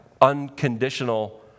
unconditional